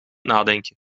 nadenken